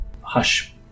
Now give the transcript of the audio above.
hush